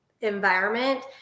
environment